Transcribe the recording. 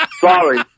Sorry